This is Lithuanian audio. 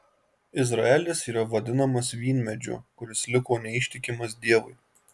izraelis yra vadinamas vynmedžiu kuris liko neištikimas dievui